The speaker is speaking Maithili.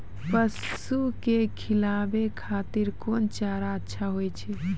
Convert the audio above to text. पसु के खिलाबै खातिर कोन चारा अच्छा होय छै?